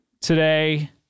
today